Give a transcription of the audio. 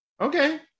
Okay